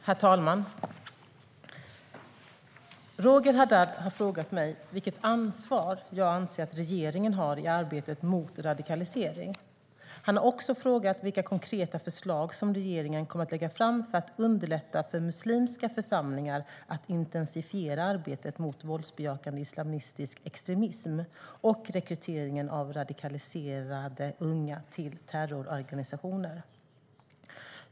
Herr talman! Roger Haddad har frågat mig vilket ansvar jag anser att regeringen har i arbetet mot radikalisering. Han har också frågat vilka konkreta förslag som regeringen kommer att lägga fram för att underlätta för muslimska församlingar att intensifiera arbetet mot våldsbejakande islamistisk extremism och rekrytering av radikaliserade unga till terrororganisationer.